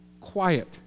quiet